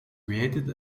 created